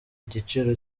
igiciro